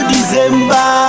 December